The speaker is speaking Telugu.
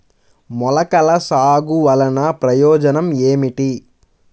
మొలకల సాగు వలన ప్రయోజనం ఏమిటీ?